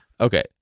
Okay